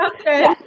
okay